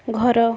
ଘର